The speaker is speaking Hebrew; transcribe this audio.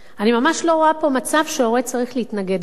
אני ממש לא רואה פה מצב שהורה צריך להתנגד לזה.